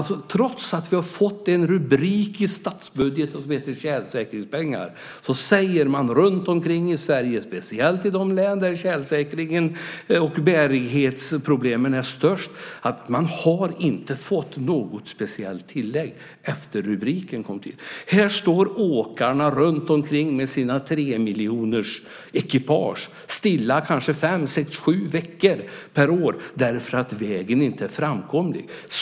Trots att vi har fått en rubrik i statsbudgeten som lyder tjälsäkringspengar säger man runtomkring i Sverige - speciellt i de län där tjälsäkringsproblemen och bärighetsproblemen är störst - att man inte har fått något speciellt tillägg efter det att denna rubrik kom till. Här står åkarna runtomkring stilla med sina tremiljonersekipage under kanske sex sju veckor per år därför att vägen inte är framkomlig.